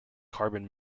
carbon